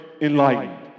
enlightened